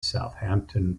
southampton